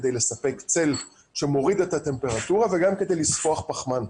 כדי לספק צל שמוריד את הטמפרטורה וגם כדי לספוח פחמן.